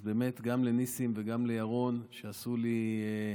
אז באמת גם לניסים וגם לירון, שעשו לי,